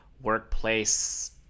workplace